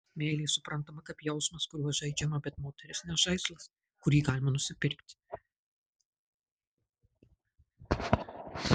meilė suprantama kaip jausmas kuriuo žaidžiama bet moteris ne žaislas kurį galima nusipirkti